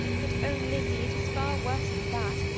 but, oh lizzy, it is far worse than that!